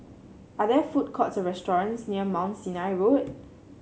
are there food courts or restaurants near Mount Sinai Road